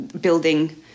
building